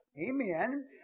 amen